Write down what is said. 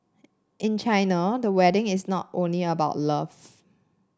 in China the wedding is not only about love